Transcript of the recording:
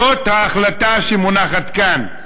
זאת ההחלטה שמונחת כאן.